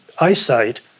eyesight